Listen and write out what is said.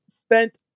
spent